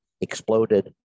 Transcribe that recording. exploded